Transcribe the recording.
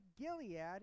Gilead